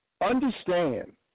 Understand